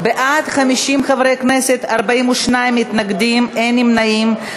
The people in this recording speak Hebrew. בעד, 50 חברי כנסת, 42 מתנגדים, אין נמנעים.